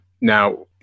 Now